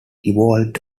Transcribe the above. evolved